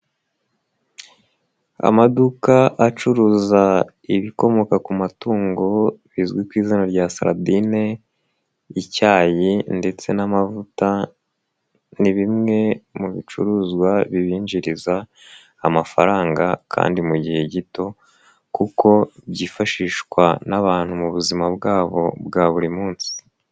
Amaduka acuruza ibikomoka ku matungo bizwi ku izina rya saradine, icyayi ndetse n'amavuta, ni bimwe mu bicuruzwa bibinjiriza amafaranga kandi mu gihe gito kuko byifashishwa n'abantu mu buzima bwabo bwa buri munsi.